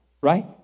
right